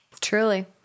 Truly